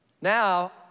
now